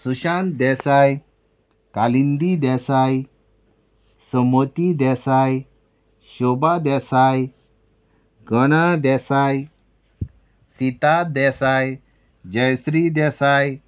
Sushant Desai Kalindi Desai Samoti Desai Shobha Desai Gaurav Desai Sita Desai Jayashree Desai